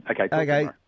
Okay